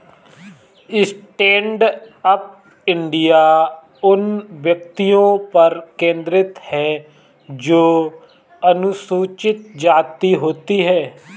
stand up India उन व्यक्तियों पर केंद्रित है जो अनुसूचित जाति होती है